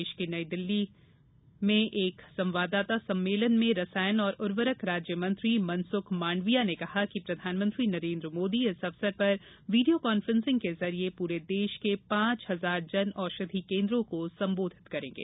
देश के नई दिल्ली में एक संवाददाता सम्मेलन में रसायन और उर्वरक राज्य मंत्री मनसुख मांडविया ने कहा कि प्रधानमंत्री नरेन्द्र मोदी इस अवसर पर वीडियो कांफ्रेंसिंग के जरिये पूरे देश के पांच हजार जन औषधि केन्द्रों को सम्बोधित करेंगे